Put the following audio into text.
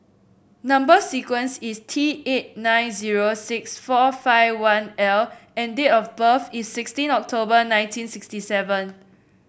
number sequence is T eight nine zero six four five one L and date of birth is sixteen October nineteen sixty seven